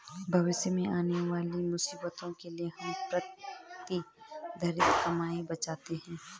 भविष्य में आने वाली मुसीबत के लिए हम प्रतिधरित कमाई बचाते हैं